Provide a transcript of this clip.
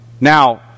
Now